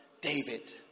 David